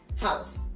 house